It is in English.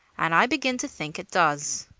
and i begin to think it does.